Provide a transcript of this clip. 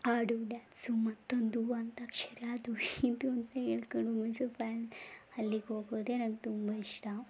ಹಾಡು ಡ್ಯಾನ್ಸು ಮತ್ತೊಂದು ಅಂತ್ಯಾಕ್ಷರಿ ಅದು ಇದು ಅಂತ ಹೇಳ್ಕೊಂಡು ಮೈಸೂರು ಪ್ಯಾಲ್ ಅಲ್ಲಿಗೋಗೋದೆ ನಂಗೆ ತುಂಬ ಇಷ್ಟ